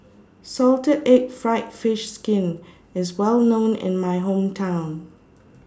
Salted Egg Fried Fish Skin IS Well known in My Hometown